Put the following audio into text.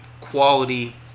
quality